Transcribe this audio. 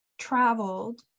traveled